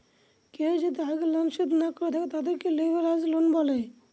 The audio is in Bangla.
কেউ যদি আগের লোন শোধ না করে থাকে, তাদেরকে লেভেরাজ লোন বলে